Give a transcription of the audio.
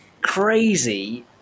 crazy